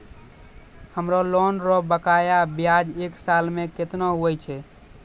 हमरो लोन रो बकाया ब्याज एक साल मे केतना हुवै छै?